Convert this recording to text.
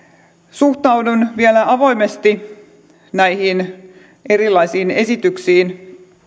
suhtaudun vielä avoimesti näihin erilaisiin esityksiin